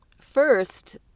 first